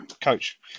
coach